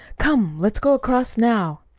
come, let's go across now.